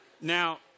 Now